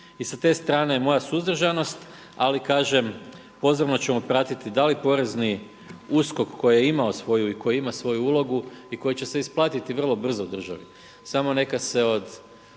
I s te strane je moja suzdržanost, ali kažem pozorno ćemo pratiti da li porezni USKOK koji je imao svoju i koji ima svoju ulogu i koji će se isplatiti vrlo brzo državi. Samo neka se od